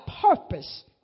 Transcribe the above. purpose